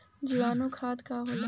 जीवाणु खाद का होला?